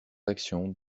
actions